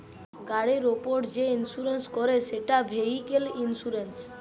গাড়ির উপর যে ইন্সুরেন্স করে সেটা ভেহিক্যাল ইন্সুরেন্স